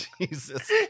Jesus